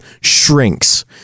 shrinks